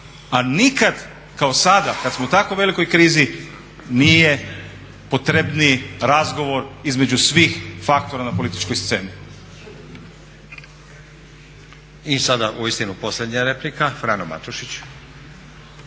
A nikad kao sada kada smo u tako velikoj krizi nije potrebniji razgovor između svih faktora na političkoj sceni. **Stazić, Nenad (SDP)** I sada uistinu posljednja replika, Frano Matušić.